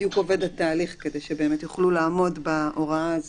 בדיוק עובד התהליך כדי שבאמת יוכלו לעמוד בהוראה הזו,